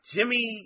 Jimmy